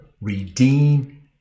redeem